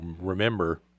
remember